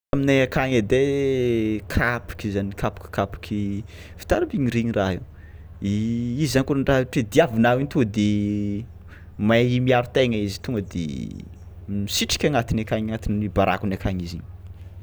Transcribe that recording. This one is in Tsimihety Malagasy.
Aminay ankagny edy ai kapiky zany kapiky kapiky fitaribigny regny raha io, i izy zany kôa nandraha ohatra hoe diavinao igny to de mahay miaro tegna izy tonga de misitriky agnatiny akagny agnatin'ny barakony akagny izy.